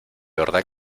verdad